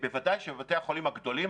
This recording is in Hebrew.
ובוודאי שבבתי החולים הגדולים,